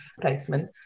placement